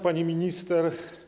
Pani Minister!